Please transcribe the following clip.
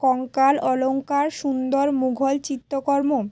কঙ্কাল অলংকার সুন্দর মুঘল চিত্রকর্ম